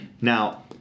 Now